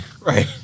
Right